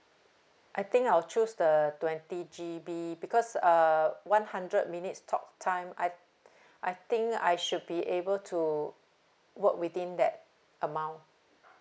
I think I'll choose the twenty G B because uh one hundred minutes talk time I I think I should be able to work within that amount